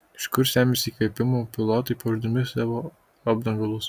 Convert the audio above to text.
iš kur semiasi įkvėpimo pilotai puošdami savo apdangalus